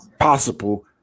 possible